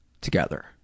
together